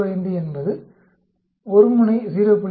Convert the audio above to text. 05 என்பது ஒருமுனை 0